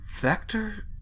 Vector